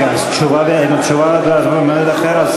מיקי, תשובה והצבעה במועד אחר.